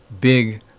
big